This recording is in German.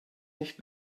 nicht